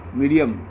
medium